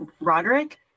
Roderick